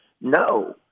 No